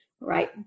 right